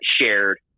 shared